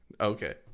Okay